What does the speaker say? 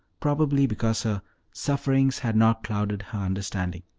probably because her sufferings had not clouded her understanding.